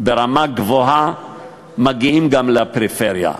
ברמה גבוהה מגיעים גם לפריפריה.